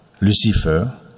Lucifer